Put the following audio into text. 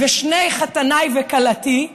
ושני חתניי וכלתי,